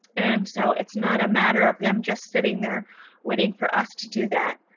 and so it's not a matter of them just sitting there waiting for us to do that.